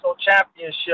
championship